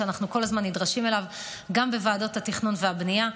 ואנחנו כל הזמן נדרשים אליו גם בוועדות התכנון והבנייה.